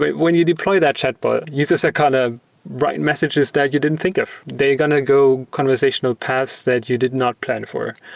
when you deploy that chatbot, users are kind of writing messages that you didn't think of. they're going to go conversational paths that you did not plan for.